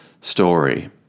story